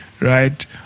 Right